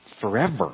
forever